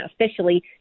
officially